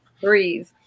breathe